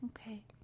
Okay